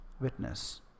Witness